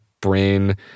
brain